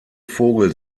vogel